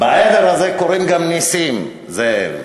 בעדר הזה קורים גם נסים, זאב.